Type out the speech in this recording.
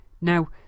Now